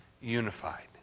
unified